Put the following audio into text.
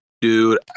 Dude